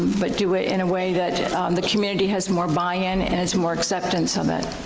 but do it in a way that the community has more buy in and has more acceptance of it.